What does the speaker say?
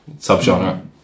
subgenre